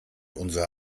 unsere